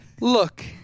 Look